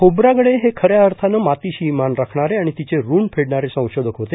खोब्रागडे हे खऱ्या अर्थानं मातीशी इमान राखणारे आणि तिचे ऋण फेडणारे संशोधक होते